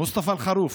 מוסטפא אל-ח'רוף,